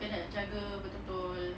kena jaga betul-betul